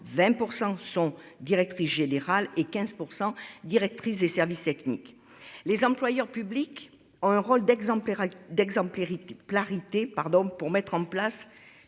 20% sont directrice générale et 15% directrice des services techniques, les employeurs publics ont un rôle d'exemplaires d'exemplarité plat